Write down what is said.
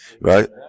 Right